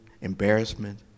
embarrassment